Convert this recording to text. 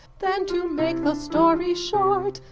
then to make the story short,